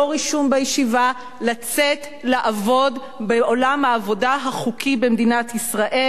לא רישום בישיבה לצאת לעבוד בעולם העבודה החוקי במדינת ישראל,